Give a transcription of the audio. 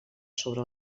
sobre